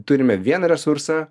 turime vieną resursą